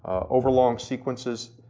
overlong sequences,